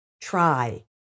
try